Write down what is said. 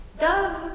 Dove